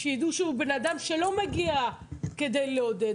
שידעו שהוא בן אדם שלא מגיע כדי לעודד.